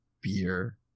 beer